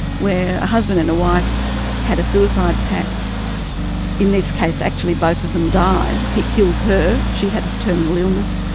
where a husband and a wife had a suicide pact in this case actually both of them died, he killed her, she had a terminal illness,